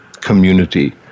community